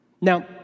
Now